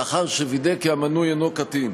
לאחר שווידא שהמנוי אינו קטין: